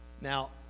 Now